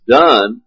done